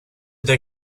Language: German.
der